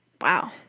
Wow